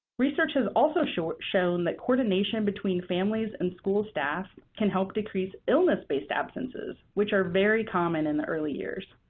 research has also shown shown that coordination between families and school staff can help decrease illness-based absences which are very common in the early years.